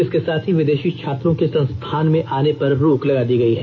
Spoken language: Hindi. इसके साथ हीं विदेशी छात्रों के संस्थान में आने पर रोक लगा दी गई है